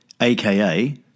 aka